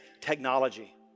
technology